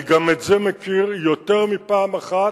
גם את זה אני מכיר יותר מפעם אחת,